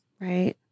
Right